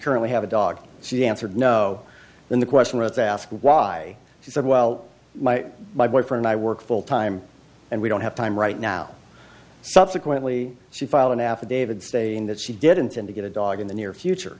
currently have a dog she answered no then the question was asked why she said well my my boyfriend i work full time and we don't have time right now subsequently she filed an affidavit stating that she did intend to get a dog in the near future